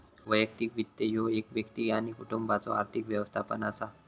वैयक्तिक वित्त ह्यो एक व्यक्ती किंवा कुटुंबाचो आर्थिक व्यवस्थापन असा